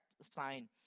sign